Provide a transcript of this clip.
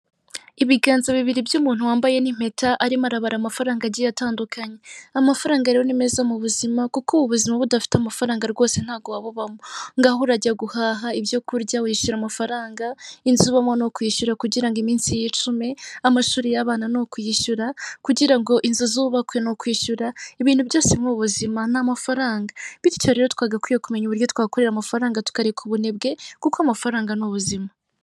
Ibiganza bibiri by'umuntu wambaye n'impeta arimo arabara amafaranga agiye atandukanye. Amafaranga rero ni meza mu buzima kuko ubu buzima budafite amafaranga rwose ntago wabubamo. Ngaho urajya guhaha ibyokurya wishyura amafaranga, inzu ubamo ni ukwishyura kugira ngo iminsi yicume, amashuri y'abana ni ukuyishyura, kugira ngo inzu izubakwe ni ukwishyura. Ibintu byose mu buzima ni amafaranga. Bityo rero, twagakwiye kumenya uburyo twakorera amafaranga tukareka ubunebwe kuko amafaranga ni ubuzima.